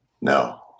no